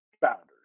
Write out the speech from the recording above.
founders